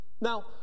Now